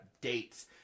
dates